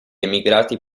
emigrati